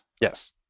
Yes